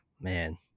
man